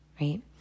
right